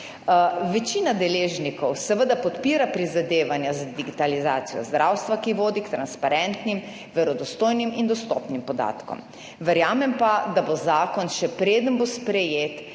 Večina deležnikov podpira prizadevanja za digitalizacijo zdravstva, ki vodi k transparentnim, verodostojnim in dostopnim podatkom, verjamem pa, da bo zakon, še preden bo sprejet,